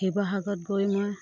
শিৱসাগৰত গৈ মই